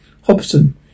Hobson